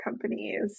companies